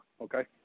okay